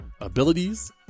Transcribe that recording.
abilities